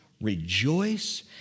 rejoice